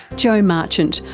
jo marchant,